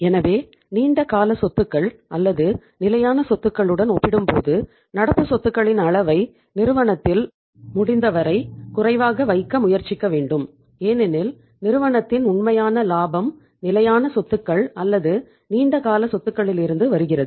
எனவே நீண்ட கால சொத்துகள் அல்லது நிலையான சொத்துகளுடன் ஒப்பிடும்போது நடப்பு சொத்துகளின் அளவை நிறுவனத்தில் முடிந்தவரை குறைவாக வைக்க முயற்சிக்க வேண்டும் ஏனெனில் நிறுவனத்தின் உண்மையான லாபம் நிலையான சொத்துக்கள் அல்லது நீண்ட கால சொத்துகளிலிருந்து வருகிறது